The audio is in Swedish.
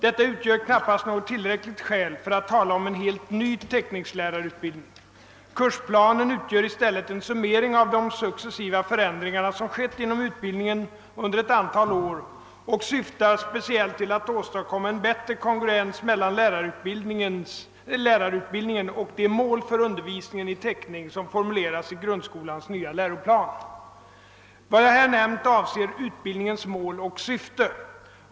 Detta är knappast något tillräckligt skäl för att tala om en helt ny teckningslärarutbildning. Kursplanen utgör i stället en summering av de successiva förändringar som skett inom utbildningen under ett antal år och syftar speciellt till att åstadkomma en bättre kongruens mellan lärarutbildningen och de mål för undervisningen i teckning som formulerats i grundskolans nya läroplan. Vad jag här nämnt avser utbildningens mål och syfte.